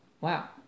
Wow